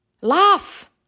laugh